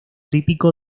típico